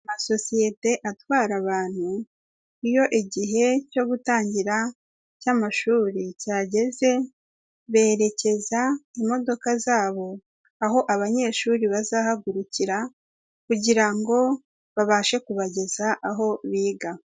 Amasosiyete atwara abantu, iyo igihe cyo gutangira cy'amashuri cyageze, berekeza imodoka zabo aho abanyeshuri bazahagurukira, kugira ngo babashe kubageza aho biga.